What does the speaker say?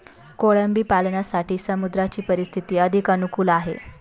कोळंबी पालनासाठी समुद्राची परिस्थिती अधिक अनुकूल आहे